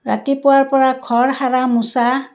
ৰাতিপুৱাৰ পৰা ঘৰ সৰা মুচা